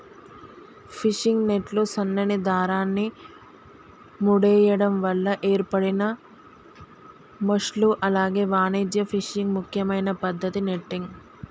fishing నెట్లు సన్నని దారాన్ని ముడేయడం వల్ల ఏర్పడిన మెష్లు అలాగే వాణిజ్య ఫిషింగ్ ముఖ్యమైన పద్దతి నెట్టింగ్